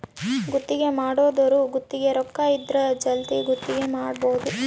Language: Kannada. ಗುತ್ತಿಗೆ ಮಾಡ್ಕೊಂದೊರು ಗುತ್ತಿಗೆ ರೊಕ್ಕ ಇದ್ರ ಜಲ್ದಿನೆ ಗುತ್ತಿಗೆ ಬಿಡಬೋದು